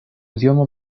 idioma